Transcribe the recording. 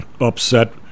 upset